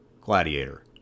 Gladiator